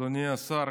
אדוני השר,